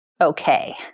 okay